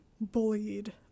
bullied